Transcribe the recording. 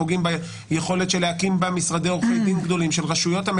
פוגעים ביכולת להקים בה משרדי עורכי דין גדולים,